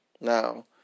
Now